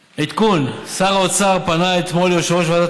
עדכון: שר האוצר פנה אתמול ליושב-ראש ועדת